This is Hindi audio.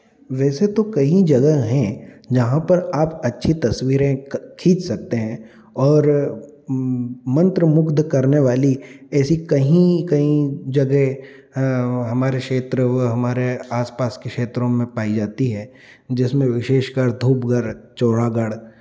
वैसे तो कहीं जगह हैं जहाँ पर आप अच्छी तस्वीरें क खींच सकते हैं और मंत्रमुग्ध करने वाली ऐसी कहीं कहीं जगह हमारे क्षेत्र व हमारे आसपास के क्षेत्रों में पाई जाती है जिसमें विशेषकर धूपगढ़ चौरागढ़